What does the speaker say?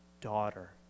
daughter